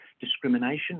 discrimination